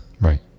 Right